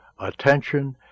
attention